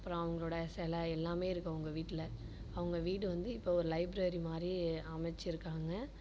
அப்புறம் அவங்களோட சிலை எல்லாமே இருக்குது அவங்க வீட்டில் அவங்க வீடு வந்து இப்போது ஒரு லைப்ரரி மாதிரி அமைச்சிருக்காங்க